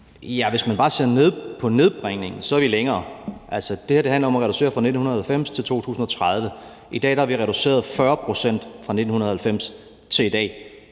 Hvis man bare ser på nedbringningen, er vi længere. Det her handler om at reducere fra 1990 til 2030. I dag har vi reduceret 40 pct. fra 1990 til i dag,